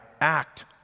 act